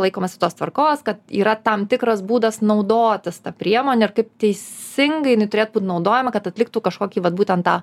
laikomasi tos tvarkos kad yra tam tikras būdas naudotis ta priemone ir kaip teisingai jinia turėtų būt naudojama kad atliktų kažkokį vat būtent tą